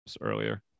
earlier